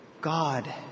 God